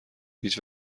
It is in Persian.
هیچ